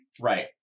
Right